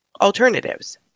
alternatives